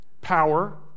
power